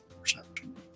Perception